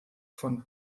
von